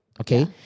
okay